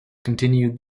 continued